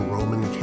Roman